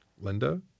Linda